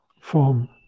form